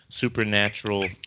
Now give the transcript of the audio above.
supernatural